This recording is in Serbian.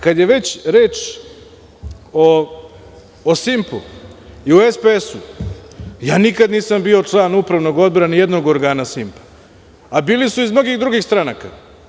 Kada je već reč o „Simpu“ i o SPS, nikada nisam bio član upravnog odbora ni jednog organa „Simpa“, a bili su iz mnogih drugih stranaka.